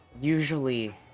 usually